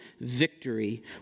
victory